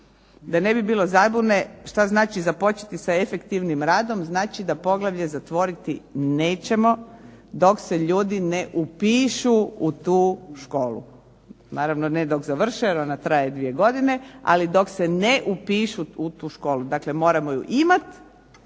Da ne bi bilo zabune što znači započeti sa efektivnim radom, znači da poglavlje zatvoriti nećemo dok se ljudi ne upišu u tu školu. Naravno ne dok završe jer ona traje dvije godine ali dok se ne upišu u tu školu. Dakle, moramo je imati